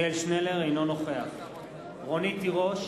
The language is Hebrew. אינו נוכח רונית תירוש